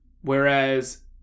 Whereas